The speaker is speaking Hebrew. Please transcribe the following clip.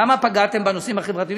למה פגעתם בנושאים חברתיים?